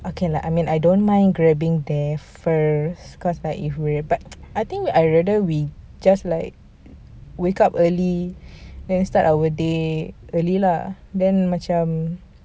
okay lah I mean I don't mind grabbing there first cause like if we're about to I think I'd rather we just like wake up early then start our day early lah then macam